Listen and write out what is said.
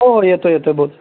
हो हो येतो आहे येतो आहे बोल